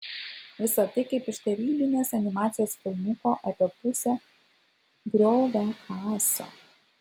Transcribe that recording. visa tai kaip iš tarybinės animacijos filmuko apie pusę grioviakasio